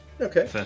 Okay